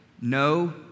no